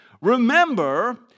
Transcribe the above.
Remember